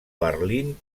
berlín